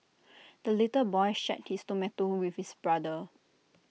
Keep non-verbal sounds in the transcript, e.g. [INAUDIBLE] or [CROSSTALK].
[NOISE] the little boy shared his tomato with his brother